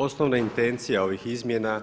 Osnovna intencija ovih izmjena